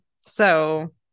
So-